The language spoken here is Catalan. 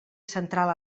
central